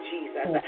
Jesus